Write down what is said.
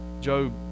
Job